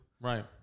Right